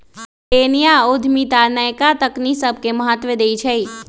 मिलेनिया उद्यमिता नयका तकनी सभके महत्व देइ छइ